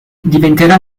diventerà